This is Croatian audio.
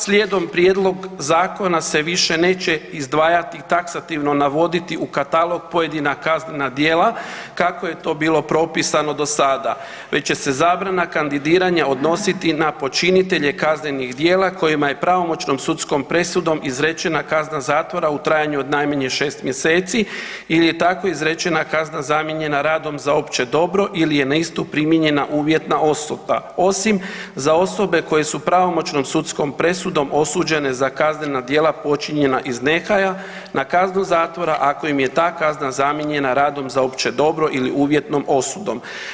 Slijedom prijedlog zakona se više neće izdvajati i taksativno navoditi u Katalog pojedina kaznena djela kako je to bilo propisano do sada, već će se zabrana kandidiranja odnositi i na počinitelje kaznenih djela kojima je pravomoćnom sudskom presudom izrečena kazna zatvora u trajanju od najmanje 6 mjeseci ili je tako izrečena kazna zamijenjena radom za opće dobro ili je na istu primijenjena uvjetna osuda, osim za osobe koje su pravomoćnom sudskom presudom osuđene za kaznena djela počinjena iz nehaja na kaznu zatvora ako im je ta kazna zamijenjena radom za opće dobro ili uvjetom osudom.